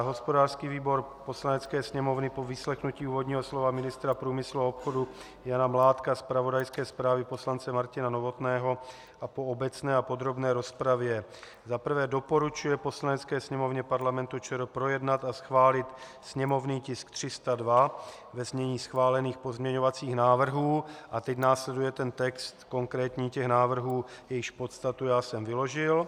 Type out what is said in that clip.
Hospodářský výbor Poslanecké sněmovny po vyslechnutí úvodního slova ministra průmyslu a obchodu Jana Mládka, zpravodajské zprávě poslance Martina Novotného a po obecné a podrobné rozpravě za prvé doporučuje Poslanecké sněmovně Parlamentu ČR projednat a schválit sněmovní tisk 302 ve znění schválených pozměňovacích návrhů a teď následuje konkrétní text návrhů, jejichž podstatu jsem vyložil.